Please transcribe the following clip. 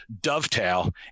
dovetail